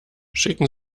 schicken